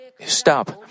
stop